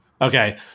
Okay